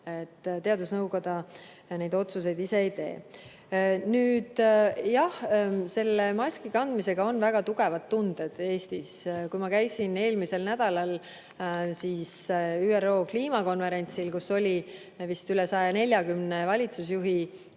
Teadusnõukoda neid otsuseid ise ei tee. Nüüd, jah, maski kandmisega on seotud Eestis väga tugevad tunded. Kui ma käisin eelmisel nädalal ÜRO kliimakonverentsil, kus oli vist üle 140 valitsusjuhi,